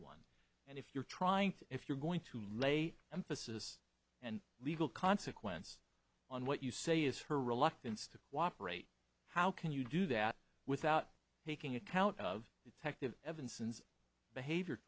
one and if you're trying to if you're going to lay emphasis and legal consequence on what you say is her reluctance to cooperate how can you do that without taking account of detective evanson behavior